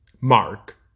Mark